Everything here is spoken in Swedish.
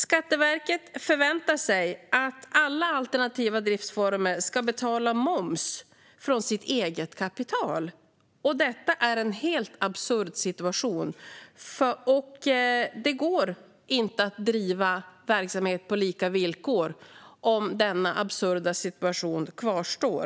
Skatteverket förväntar sig att alla alternativa driftsformer ska betala moms från sitt eget kapital. Detta är en helt absurd situation. Det går inte att driva verksamhet på lika villkor om denna absurda situation kvarstår.